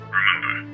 Remember